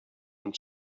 und